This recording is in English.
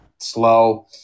slow